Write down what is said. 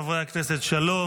הכנסת, שלום.